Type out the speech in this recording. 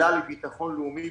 אל-על היא ביטחון לאומי,